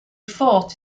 fought